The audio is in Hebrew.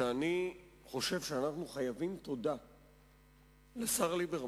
אני חושב שאנחנו חייבים תודה לשר ליברמן.